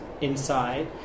inside